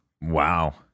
Wow